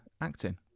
acting